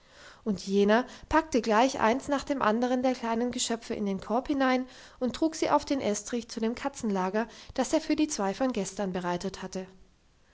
und jener packte gleich eins nach dem andern der kleinen geschöpfe in den korb hinein und trug sie auf den estrich zu dem katzenlager das er für die zwei von gestern bereitet hatte